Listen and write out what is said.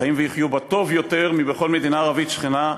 חיים ויחיו בה טוב יותר מבכל מדינה ערבית שכנה.